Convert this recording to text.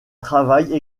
travaillent